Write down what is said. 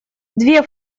две